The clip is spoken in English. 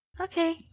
Okay